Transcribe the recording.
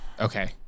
Okay